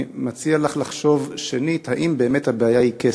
אני מציע לך לחשוב שנית אם באמת הבעיה היא כסף.